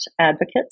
advocates